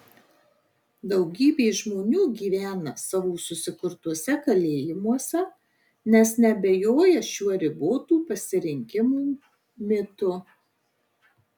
daugybė žmonių gyvena savo susikurtuose kalėjimuose nes neabejoja šiuo ribotų pasirinkimų mitu